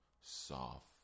Soft